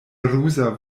ruza